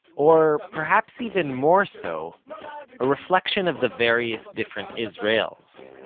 or perhaps even more so a reflection of the various different israels